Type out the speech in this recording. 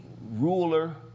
ruler